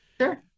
Sure